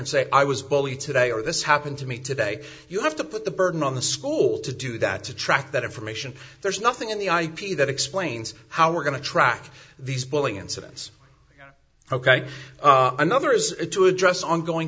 and say i was bullied today or this happened to me today you have to put the burden on the school to do that to track that information there's nothing in the ip that explains how we're going to track these pulling incidents ok another is to address ongoing